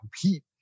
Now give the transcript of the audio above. compete